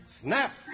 Snap